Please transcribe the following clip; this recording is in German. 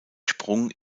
sprung